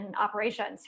operations